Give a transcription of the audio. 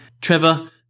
Trevor